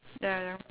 the